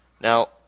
Now